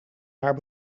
haar